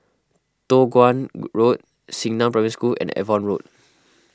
Toh Guan Road Xingnan Primary School and Avon Road